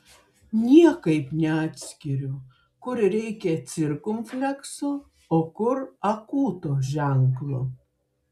niekaip neatskiriu kur reikia cirkumflekso o kur akūto ženklo